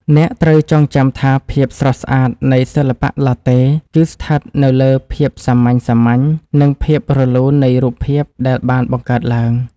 អ្នកត្រូវចងចាំថាភាពស្រស់ស្អាតនៃសិល្បៈឡាតេ គឺស្ថិតនៅលើភាពសាមញ្ញ និងភាពរលូននៃរូបភាពដែលបានបង្កើតឡើង។